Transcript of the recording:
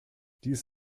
dies